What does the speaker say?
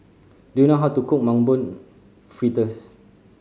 do you know how to cook Mung Bean Fritters